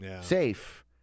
safe